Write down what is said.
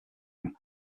him